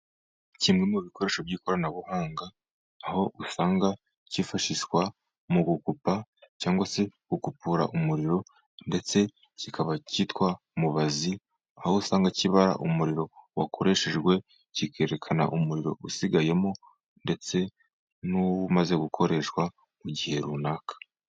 Kimwe mu bikoresho by'ikoranabuhanga aho usanga kifashishwa mu gugupa cyangwa se gukupura umuriro , ndetse kikaba cyitwa mubazi . Aho usanga kibara umuriro wakoreshejwe , kikerekana umuriro usigayemo , ndetse n'uwo umaze gukoreshwa mu gihe runaka.